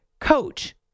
coach